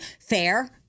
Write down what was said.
fair